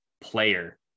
player